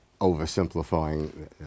oversimplifying